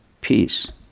Peace